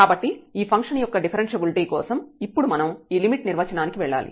కాబట్టి ఈ ఫంక్షన్ యొక్క డిఫరెన్ష్యబిలిటీ కోసం ఇప్పుడు మనం ఈ లిమిట్ నిర్వచనానికి వెళ్ళాలి